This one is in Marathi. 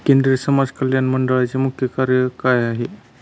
केंद्रिय समाज कल्याण मंडळाचे मुख्य कार्य काय आहे?